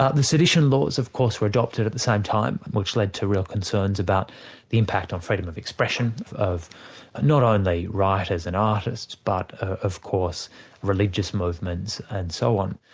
ah the sedition laws of course were adopted at the same time, which led to real concerns about the impact on freedom of expression, of not only writers and artists, but of course religious movements, and so on.